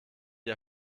der